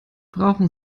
brauchen